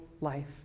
life